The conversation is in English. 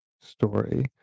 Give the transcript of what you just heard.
story